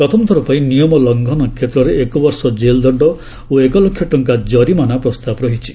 ପ୍ରଥମ ଥରପାଇଁ ନିୟମ ଲଙ୍ଘନ କ୍ଷେତ୍ରରେ ଏକବର୍ଷ ଜେଲ୍ ଦଶ୍ଡ ଓ ଏକ ଲକ୍ଷ ଟଙ୍କା ଜରିମାନା ଦଶ୍ଡର ପ୍ରସ୍ତାବ ରହିଛି